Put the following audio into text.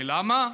ולמה?